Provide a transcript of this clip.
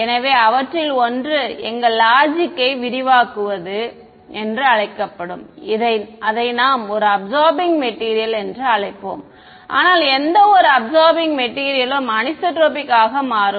எனவே அவற்றில் ஒன்று எங்கள் லாஜிக்யை விரிவாக்குவது என்று அழைக்கப்படும் அதை நாம் ஒரு அப்சார்பிங் மேட்டீரியல் என்று அழைப்போம் ஆனால் எந்தவொரு அப்சார்பிங் மேட்டீரியலும் அனிசோட்ரோபிக் ஆக மாறும்